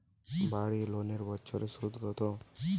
বাড়ি লোনের বছরে সুদ কত?